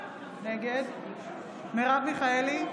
נגד מרב מיכאלי,